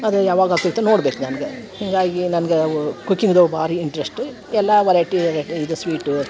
ಅದು ಯಾವಾಗ ಆಗ್ತೈತೆ ನೋಡ್ಬೇಕು ನನ್ಗೆ ಹೀಗಾಗಿ ನನ್ಗೆ ಕುಕ್ಕಿಂಗ್ದು ಭಾರಿ ಇಂಟ್ರೆಸ್ಟು ಎಲ್ಲ ವರೈಟಿ ಇವೆ ಇದು ಸ್ವೀಟು